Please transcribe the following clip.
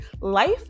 Life